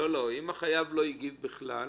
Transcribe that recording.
אם החייב לא הגיב בכלל,